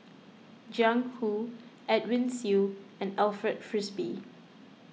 Jiang Hu Edwin Siew and Alfred Frisby